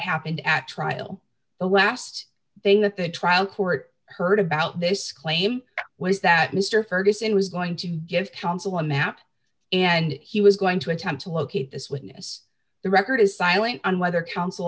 happened at trial the last thing that the trial court heard about this claim was that mr ferguson was going to give counsel a map and he was going to attempt to locate this witness the record is silent on whether coun